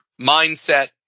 mindset